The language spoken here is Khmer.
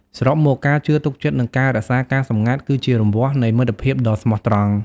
សរុបមក ការជឿទុកចិត្ត និងការរក្សាការសម្ងាត់ គឺជារង្វាស់នៃមិត្តភាពដ៏ស្មោះត្រង់។